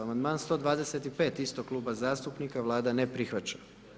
Amandman 125. istog kluba zastupnika, Vlada ne prihvaća.